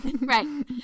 right